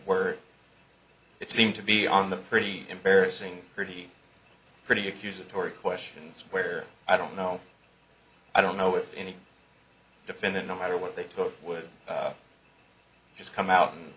were it seemed to be on the pretty embarrassing pretty pretty accusatory questions where i don't know i don't know if any defendant no matter what they took would just come out and